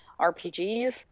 rpgs